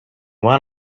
went